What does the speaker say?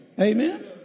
Amen